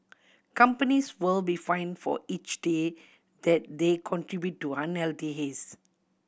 companies will be fined for each day that they contribute to unhealthy haze